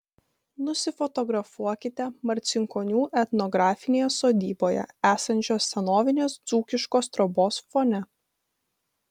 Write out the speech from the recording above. nusifotografuokite marcinkonių etnografinėje sodyboje esančios senovinės dzūkiškos trobos fone